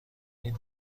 این